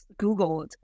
Googled